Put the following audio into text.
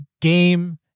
game